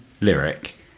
lyric